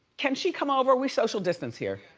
can she come over? we social distance here.